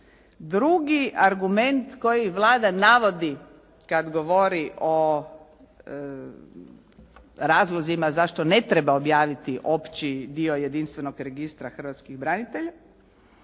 Drugi argument koji Vlada navodi kad govori o razlozima zašto ne treba objaviti opći dio jedinstvenog registra hrvatskih branitelja